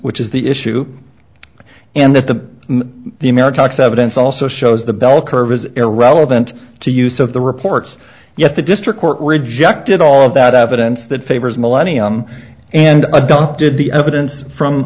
which is the issue and that the the america talks evidence also shows the bell curve is irrelevant to use of the reports yet the district court rejected all of that evidence that favors millennium and adopted the evidence from